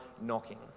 knocking